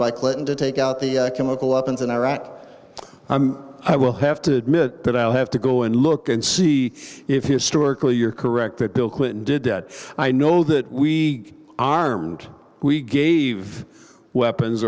by clinton to take out the chemical weapons in iraq but i will have to admit that i have to go and look and see if historically you're correct that bill clinton did i know that we armed we gave weapons